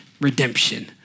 redemption